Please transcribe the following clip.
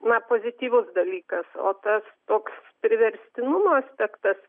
na pozityvus dalykas o tas toks priverstinumo aspektas